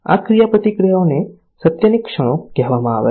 આ ક્રિયાપ્રતિક્રિયાઓને સત્યની ક્ષણો કહેવામાં આવે છે